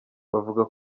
bavuga